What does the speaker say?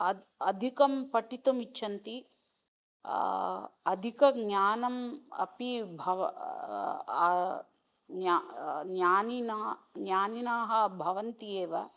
अद् अधिकं पठितुमिच्छन्ति अधिकज्ञानम् अपि भव ज्ञा ज्ञानिना ज्ञानिनाः भवन्ति एव